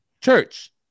church